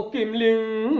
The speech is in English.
the blue